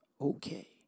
okay